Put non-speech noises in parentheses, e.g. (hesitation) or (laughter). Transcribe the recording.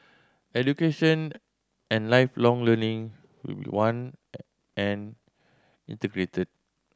Education and Lifelong Learning will be one (hesitation) and integrated